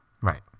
Right